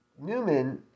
Newman